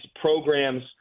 programs